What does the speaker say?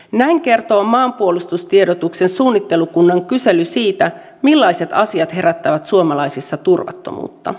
näin kertoo maanpuolustustiedotuksen suunnittelukunnan kysely siitä millaiset asiat herättävät suomalaisissa turvattomuutta